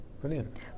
brilliant